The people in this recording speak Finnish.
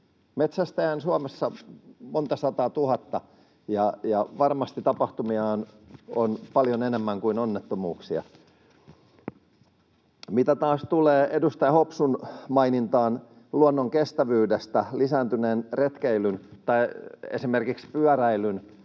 Metsästäjiä on Suomessa monta sataatuhatta, ja varmasti tapahtumia on paljon enemmän kuin onnettomuuksia. Mitä taas tulee edustaja Hopsun mainintaan luonnon kestävyydestä lisääntyneen retkeilyn tai esimerkiksi pyöräilyn